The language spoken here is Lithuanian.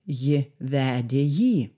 ji vedė jį